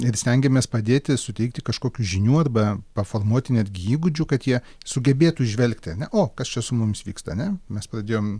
ir stengiamės padėti suteikti kažkokių žinių arba formuot netgi įgūdžių kad jie sugebėtų žvelgti ne o kas čia su mumis vyksta ane mes pradėjom